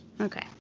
Okay